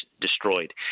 destroyed